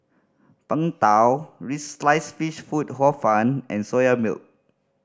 Png Tao sliced fish food Hor Fun and Soya Milk